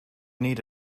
need